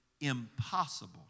impossible